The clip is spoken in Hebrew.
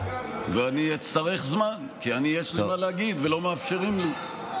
אני אצטרך זמן, כי יש לי מה להגיד ולא מאפשרים לי.